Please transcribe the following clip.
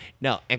no